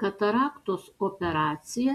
kataraktos operacija